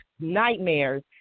nightmares